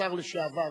השר לשעבר,